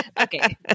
Okay